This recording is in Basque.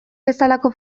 bezalako